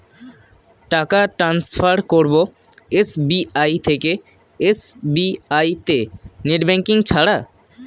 টাকা টান্সফার করব এস.বি.আই থেকে এস.বি.আই তে নেট ব্যাঙ্কিং ছাড়া?